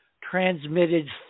transmitted